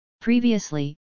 Previously